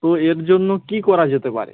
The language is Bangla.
তো এর জন্য কী করা যেতে পারে